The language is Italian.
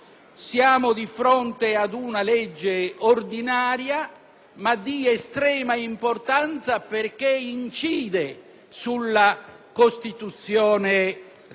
ma di estrema importanza, perché incide sulla Costituzione reale. E a noi è ben chiaro